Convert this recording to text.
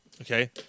okay